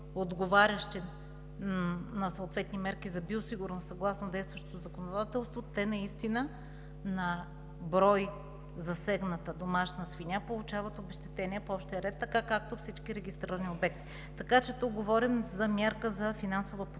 отговарящи на съответни мерки за биосигурност, съгласно действащото законодателство, те наистина на брой засегната домашна свиня получават обезщетение по общия ред, така като всички регистрирани обекти. Така че, тук говорим за мярка за финансова подкрепа